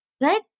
Right